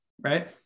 Right